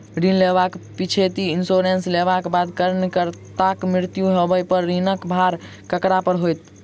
ऋण लेबाक पिछैती इन्सुरेंस लेबाक बाद ऋणकर्ताक मृत्यु होबय पर ऋणक भार ककरा पर होइत?